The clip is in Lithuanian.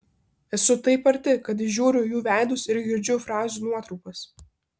esu taip arti kad įžiūriu jų veidus ir girdžiu frazių nuotrupas